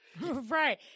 Right